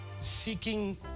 seeking